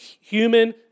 human